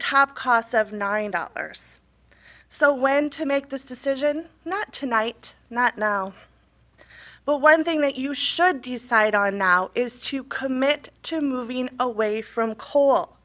top cost of nine dollars so when to make this decision not tonight not now but one thing that you should decide on now is to commit to moving away from coal